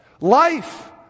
Life